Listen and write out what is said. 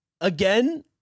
again